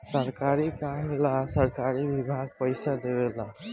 सरकारी काम ला सरकारी विभाग पइसा देवे ला